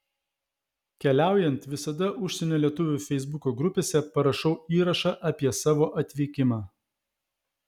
keliaujant visada užsienio lietuvių feisbuko grupėse parašau įrašą apie savo atvykimą